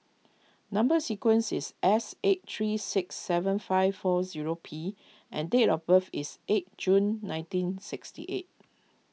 Number Sequence is S eight three six seven five four zero P and date of birth is eight June nineteen sixty eight